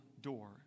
door